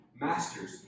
masters